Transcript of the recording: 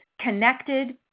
connected